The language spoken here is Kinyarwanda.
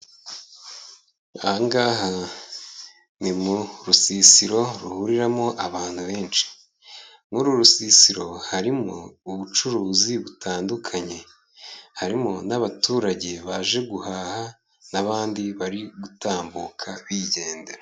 Aha ngaha ni mu rusisiro ruhuriramo abantu benshi, muri uru rusisiro harimo ubucuruzi butandukanye, harimo n'abaturage baje guhaha n'abandi bari gutambuka bigendera.